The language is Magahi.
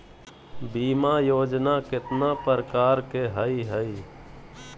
बीमा योजना केतना प्रकार के हई हई?